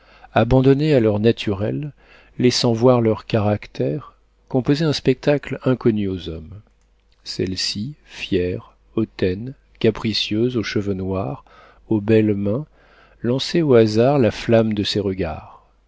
abandonnées à leur naturel laissant voir leur caractère composaient un spectacle inconnu aux hommes celle-ci fière hautaine capricieuse aux cheveux noirs aux belles mains lançait au hasard la flamme de ses regards